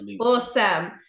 awesome